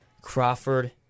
Crawford